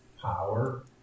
power